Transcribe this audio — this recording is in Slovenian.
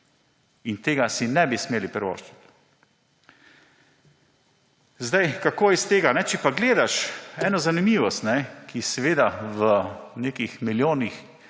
in tega si ne bi smeli privoščiti. Kako iz tega? Če pa gledaš eno zanimivost, ki seveda v nekih milijonih